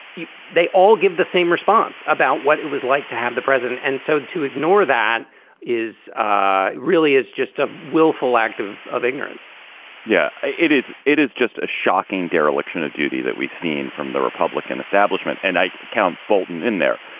they all give the same response about what it was like to have the president. and so to ignore that is ah really is just a willful act of of ignorance yeah, it it is. it is just a shocking dereliction of duty that we've seen from the republican establishment. and i count bolton in there.